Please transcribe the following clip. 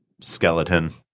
skeleton